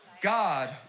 God